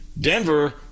Denver